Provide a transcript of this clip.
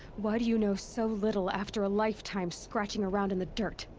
why do you know so little after a lifetime scratching around in the dirt?